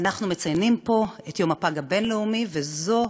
אנחנו מציינים פה את יום הפג הבין-לאומי, וזו